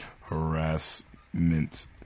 harassment